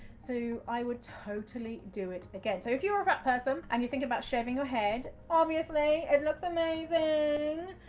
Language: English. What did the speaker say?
so, i would totally do it again. so if you're a fat person, and you're thinking about shaving your head, obviously it looks amazing.